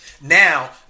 Now